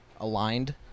aligned